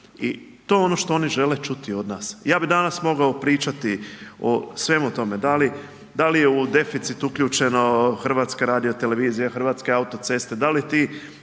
i to je ono što oni žele čuti od nas. Ja bih danas mogao pričati o svemu tome da li je u deficit uključeno HRT, HAC, da li ti